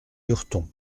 lurton